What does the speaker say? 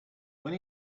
when